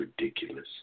ridiculous